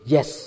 Yes